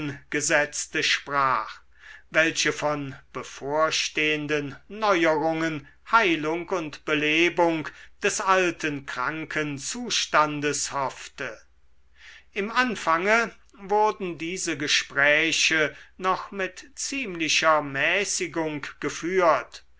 entgegengesetzte sprach welche von bevorstehenden neuerungen heilung und belebung des alten kranken zustandes hoffte im anfange wurden diese gespräche noch mit ziemlicher mäßigung geführt